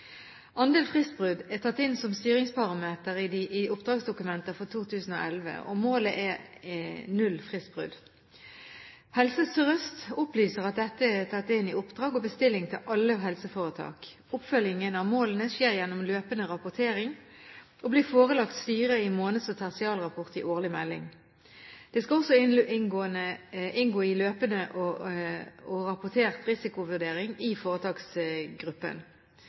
Andel fristbrudd er tatt inn som styringsparameter i oppdragsdokumentet for 2011, og målet er null fristbrudd. Helse Sør-Øst opplyser at dette er tatt inn i oppdrag og bestilling til alle helseforetak. Oppfølgingen av målene skjer gjennom løpende rapportering og blir forelagt styret i måneds- og tertialrapport, i årlig melding. Det skal også inngå i løpende og rapportert risikovurdering i foretaksgruppen.